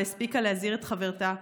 והספיקה להזהיר את חברתה,